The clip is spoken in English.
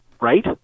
right